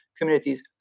communities